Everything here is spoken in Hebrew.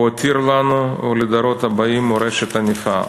הוא הותיר לנו ולדורות הבאים מורשת ענפה.